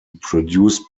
produced